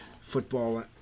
football